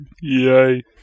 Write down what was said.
Yay